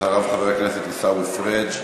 אחריו, חבר הכנסת עיסאווי פריג',